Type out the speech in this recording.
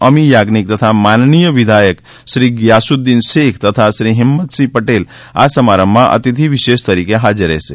અમી યાજ્ઞિક તથા માનનીય વિધાયક શ્રી ગ્યાસુદ્દીન શેખ તથા શ્રી હિંમતસિંહ પટેલ આ સમારંભમાં અતિથિ વિશેષ તરીકે હાજર રહેશે